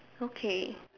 okay